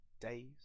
days